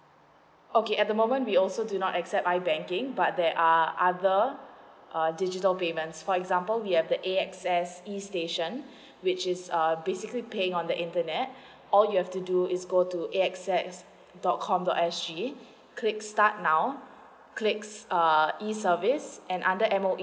okay at the moment we also do not accept I banking but there are other err digital payments for example we have the A_X_S E station which is err basically paying on the internet all you have to do is go to A_X_S dot com dot S_G click start now click E service under M_O_E